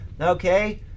okay